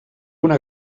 una